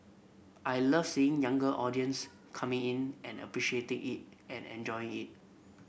I love seeing younger audience coming in and appreciating it and enjoying it